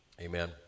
Amen